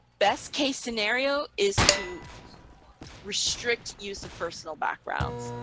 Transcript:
best case scenario is to restrict use of personal backgrounds,